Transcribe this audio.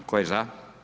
Tko je za?